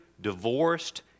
divorced